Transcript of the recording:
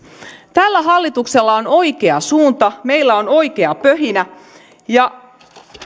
tällä hallituksella on oikea suunta meillä on oikea pöhinä